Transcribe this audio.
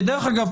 כדרך אגב,